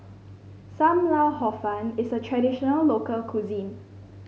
Sam Lau Hor Fun is a traditional local cuisine